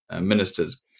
ministers